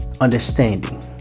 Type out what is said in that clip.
understanding